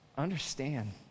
understand